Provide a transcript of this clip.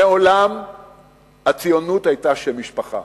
מעולם הציונות היתה שם משפחה.